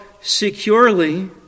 securely